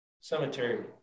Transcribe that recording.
cemetery